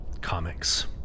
Comics